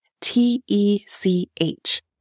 T-E-C-H